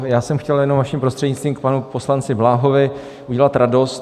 Já jsem chtěl jen, vaším prostřednictvím, panu poslanci Bláhovi udělat radost.